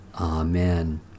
amen